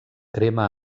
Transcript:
crema